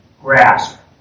grasp